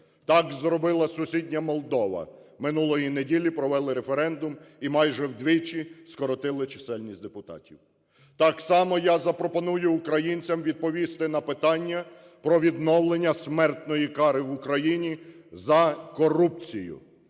Так зробила сусідня Молдова – минулої неділі провели референдум і майже вдвічі скоротили чисельність депутатів. Так само я запропоную українцям відповісти на питання про відновлення смертної кари в Україні за корупцію: